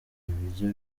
ibiryo